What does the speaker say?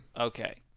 okay